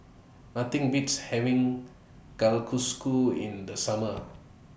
Nothing Beats having in The Summer